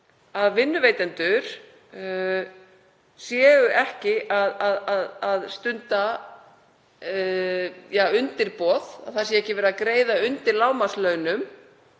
að vinnuveitendur séu ekki að stunda undirboð, að ekki sé verið að greiða undir lágmarkslaunum,